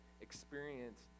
experience